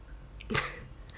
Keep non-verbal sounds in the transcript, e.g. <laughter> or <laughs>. <laughs>